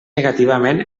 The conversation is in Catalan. negativament